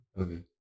Okay